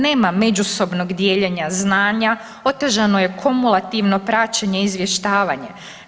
Nema međusobnog dijeljenja znanja, otežano je kumulativno praćenje i izvještavanje.